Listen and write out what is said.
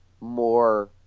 more